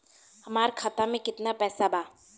हमार खाता में केतना पैसा बा?